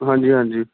ਹਾਂਜੀ ਹਾਂਜੀ